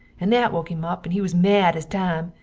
and that woke him up and he was mad as time,